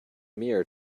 mirror